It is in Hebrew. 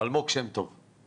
אלמוג שם טוב,